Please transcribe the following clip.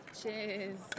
Cheers